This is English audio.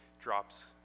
drops